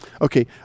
Okay